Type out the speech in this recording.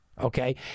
okay